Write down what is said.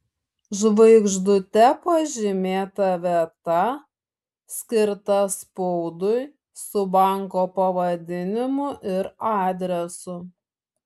žvaigždute pažymėta vieta skirta spaudui su banko pavadinimu ir adresu